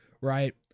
right